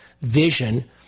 vision